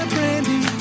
Brandy